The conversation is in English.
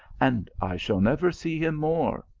and i shall never see him more.